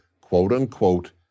quote-unquote